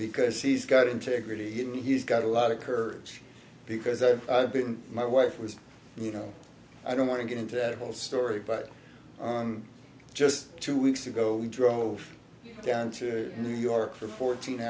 because he's got integrity and he's got a lot of courage because i've been my wife was you know i don't want to get into that whole story but just two weeks ago we drove down to new york for fourteen